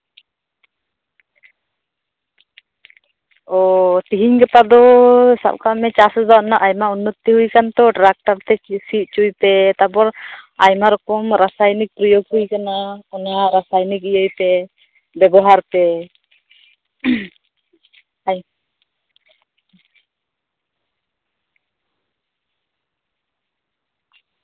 ᱚ ᱛᱤᱦᱤᱧ ᱜᱟᱯᱟ ᱫᱚ ᱪᱟᱥᱵᱟᱥ ᱨᱮᱱᱟᱜ ᱟᱭᱢᱟ ᱩᱱᱱᱚᱛᱤ ᱦᱩᱭ ᱟᱠᱟᱱᱟ ᱛᱚ ᱴᱨᱟᱠᱚᱨ ᱛᱮ ᱥᱤ ᱚᱪᱚᱭ ᱯᱮ ᱛᱟᱨᱯᱚᱨ ᱟᱭᱢᱟ ᱨᱚᱠᱚᱢ ᱨᱟᱥᱟᱭᱱᱤᱠ ᱤᱭᱟᱹ ᱠᱚ ᱦᱩᱭ ᱠᱟᱱᱟ ᱚᱱᱟ ᱨᱟᱥᱟᱭᱱᱤᱠ ᱤᱭᱟᱹᱭ ᱯᱮ ᱵᱮᱵᱚᱦᱟᱨ ᱯᱮ